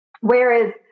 Whereas